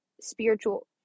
spiritual